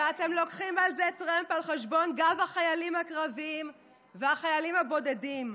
ואתם לוקחים על זה טרמפ על חשבון החיילים הקרביים והחיילים הבודדים.